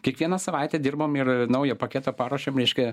kiekvieną savaitę dirbam ir naują apaketą paruošiam reiškia